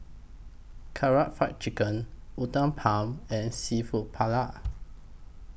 Karaage Fried Chicken Uthapam and Seafood Paella